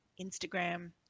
Instagram